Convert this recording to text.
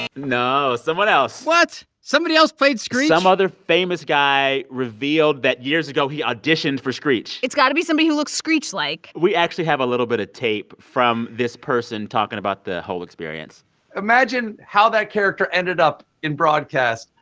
no. someone else what? somebody else played screech? some other famous guy revealed that, years ago, he auditioned for screech it's got to be somebody who looks screech-like we actually have a little bit of tape from this person talking about the whole experience imagine how that character ended up in broadcast.